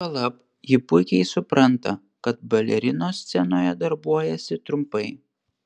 juolab ji puikiai supranta kad balerinos scenoje darbuojasi trumpai